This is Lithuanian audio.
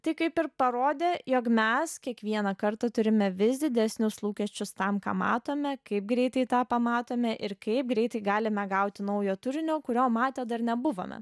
tai kaip ir parodė jog mes kiekvieną kartą turime vis didesnius lūkesčius tam ką matome kaip greitai tą pamatome ir kaip greitai galime gauti naujo turinio kurio matę dar nebuvome